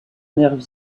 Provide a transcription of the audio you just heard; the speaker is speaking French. nerfs